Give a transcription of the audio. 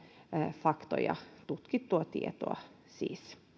faktoja tutkittua tietoa siis